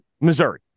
Missouri